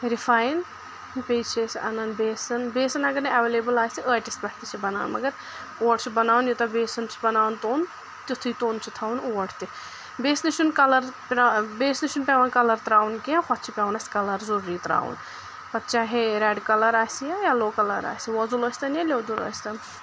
refine بیٚیہِ چھِ أسۍ اَنَان بیسَن بیسَن اگر نہٕ ایویلیبٕل آسہِ ٲٹِس پؠٹھ تہِ چھِ بَنان مگر اوٹ چھُ بَناوُن یوٗتاہ بیسَن چھُ بَناوان توٚن تیُتھُے توٚن چھُ تھاوُن اوٹ تہِ بیٚیِسنہِ چھُ نہٕ کَلَر بیٚیِسنہٕ چھُ نہٕ پؠوان کَلَر ترٛاوُن کینٛہہ ہۄتھ چھِ پؠوان اَسہِ کَلَر ضوٚروٗری ترٛاوُن پَتہٕ چاہے ریٚڈ کَلَر آسہِ یا یَلو کَلَر آسہِ ووزُل ٲسۍ تَن یا لیٚودُر ٲسۍ تَن